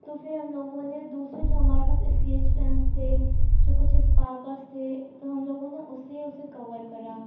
تو پھر ہم لوگوں نے دوسرے جو ہمارے پاس اسکیچ پینس تھے جو کچھ اسپارکرس تھے تو ہم لوگوں نے اس سے اسے کور کرا